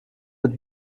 mit